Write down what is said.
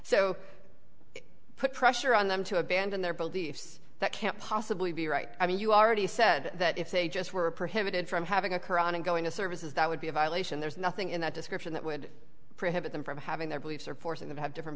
so put pressure on them to abandon their beliefs that can't possibly be right i mean you already said that if they just were prohibited from having a qur'an and going to services that would be a violation there's nothing in that description that would prohibit them from having their beliefs or forcing them have different